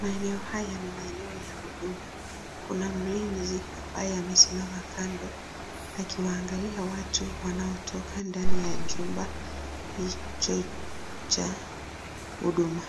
Maeneo haya ni maeneo ya huduma kuna mlinzi amesimama kando akiangalia watu wanao toka nje ya chumba hicho cha huduma.